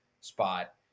spot